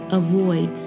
avoid